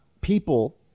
people